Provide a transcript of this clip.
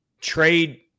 trade